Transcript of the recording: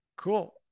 Cool